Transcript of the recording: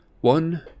One